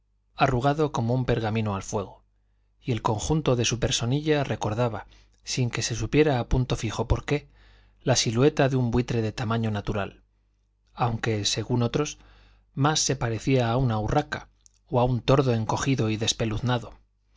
arrugado como un pergamino al fuego y el conjunto de su personilla recordaba sin que se supiera a punto fijo por qué la silueta de un buitre de tamaño natural aunque según otros más se parecía a una urraca o a un tordo encogido y despeluznado